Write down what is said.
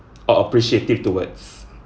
or appreciative towards